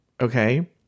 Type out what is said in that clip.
Okay